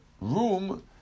room